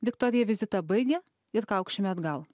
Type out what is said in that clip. viktorija vizitą baigia ir kaukšime atgal